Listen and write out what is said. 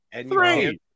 Three